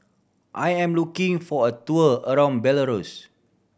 I am looking for a tour around Belarus